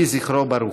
יהי זכרו ברוך.